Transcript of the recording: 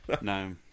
no